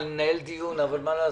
כרגע,